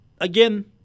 again